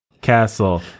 castle